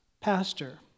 pastor